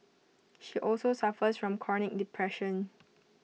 she also suffers from chronic depression